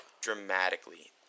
Dramatically